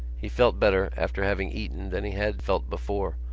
he felt better after having eaten than he had felt before,